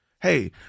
Hey